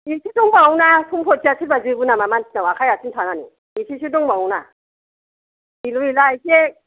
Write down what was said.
एसे दंबावोना सम्फथिया सोरबा जोबो नामा मानसिनाव आखाय आथिं थानानै एसेसो दंबावो ना एलु एला एसे